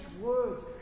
words